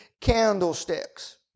candlesticks